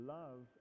love